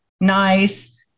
nice